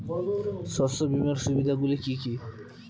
শস্য বীমার সুবিধা গুলি কি কি?